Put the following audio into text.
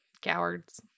Cowards